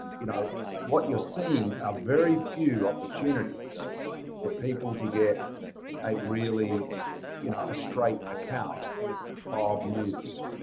you know what you're seeing are very few opportunities for people to get a really you know a straight account of news.